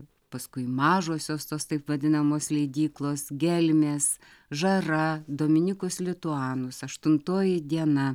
paskui mažosios tos taip vadinamos leidyklos gelmės žara dominicus lituanus aštuntoji diena